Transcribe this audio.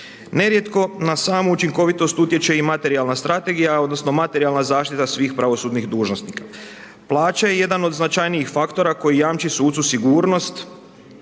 Nerijetko na samu učinkovitost utječe i materijalna strategija, odnosno materijalna zaštita svih pravosudnih dužnosnika. Plaća je jedan od značajnijih faktora koji jamči sucu sigurnost,